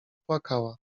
płakała